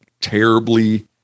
terribly